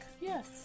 Yes